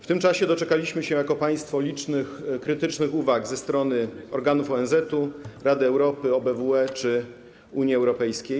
W tym czasie doczekaliśmy się jako państwo licznych krytycznych uwag ze strony organów ONZ, Rady Europy, OBWE czy Unii Europejskiej.